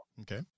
Okay